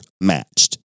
matched